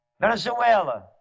Venezuela